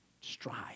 Strive